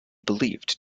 believed